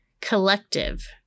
collective